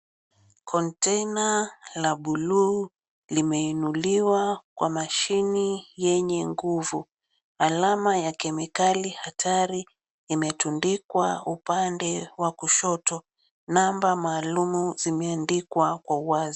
Konteina la buluu limeinuliwa kwa mashini yenye nguvu. Alama ya kemikali hatari imetundikwa upande wa kushoto. Namba maalumu zimeandikwa kwa wazi.